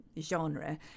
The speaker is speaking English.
genre